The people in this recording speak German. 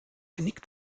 genick